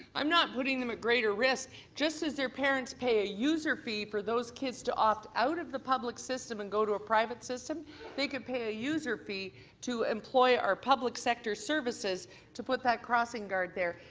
i'm not putting them at greater risk just as their parents pay a user fee for those kids to opt out of the public system and go to a private system they could pay a user fee to employee our public sector services to put that crossing guard there.